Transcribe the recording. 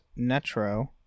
Netro